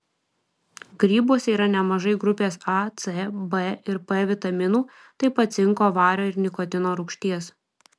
grybuose yra nemažai grupės a c b ir p vitaminų taip pat cinko vario ir nikotino rūgšties